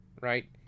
right